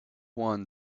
one